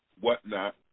whatnot